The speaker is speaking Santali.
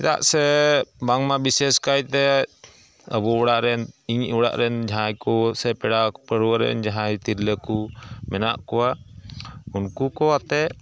ᱪᱮᱫᱟᱜ ᱥᱮ ᱵᱟᱝᱢᱟ ᱵᱤᱥᱮᱥᱠᱟᱭᱛᱮ ᱟᱵᱚ ᱚᱲᱟᱜᱨᱮᱱ ᱤᱧ ᱚᱲᱟᱜᱨᱮᱱ ᱡᱟᱦᱟᱸᱭᱠᱚ ᱥᱮ ᱯᱮᱲᱟ ᱯᱟᱹᱨᱣᱟᱹᱨᱮᱱ ᱡᱟᱦᱟᱸᱭ ᱛᱤᱨᱞᱟᱹ ᱠᱚ ᱢᱮᱱᱟᱜ ᱠᱚᱣᱟ ᱩᱱᱠᱚᱠᱚ ᱟᱛᱮ